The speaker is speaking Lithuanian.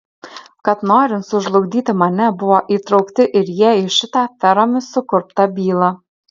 kad norint sužlugdyti mane buvo įtraukti ir jie į šitą aferomis sukurptą bylą